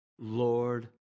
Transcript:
Lord